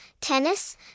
tennis